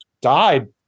died